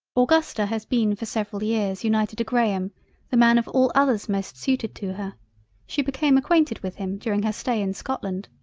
augusta has been for several years united to graham the man of all others most suited to her she became acquainted with him during her stay in scotland.